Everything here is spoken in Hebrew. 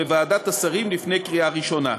לוועדת השרים לפני קריאה ראשונה.